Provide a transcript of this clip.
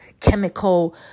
chemical